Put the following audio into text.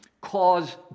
cause